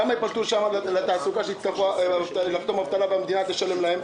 כמה אנשים יצטרכו לחתום על אבטלה והמדינה תשלם להם?